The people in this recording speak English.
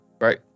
right